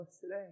today